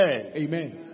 Amen